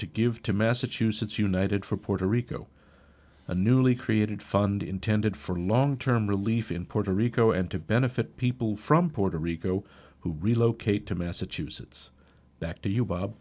to give to massachusetts united for puerto rico a newly created fund intended for long term relief in puerto rico and to benefit people from puerto rico who relocate to massachusetts back to you bob